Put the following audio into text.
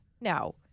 No